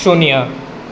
શૂન્ય